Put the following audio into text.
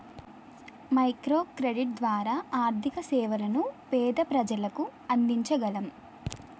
micro credit ద్వారా ఆర్థిక సేవలను పేద ప్రజలకు అందించగలం